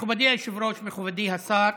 מכובדי היושב-ראש, מכובדי השר,